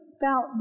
felt